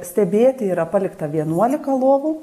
stebėti yra palikta vienuolika lovų